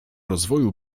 rozwoju